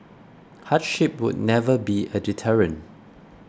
hardship should never be a deterrent